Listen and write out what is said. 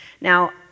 Now